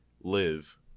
live